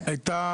הייתה